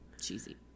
cheesy